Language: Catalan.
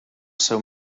seu